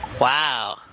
wow